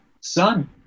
son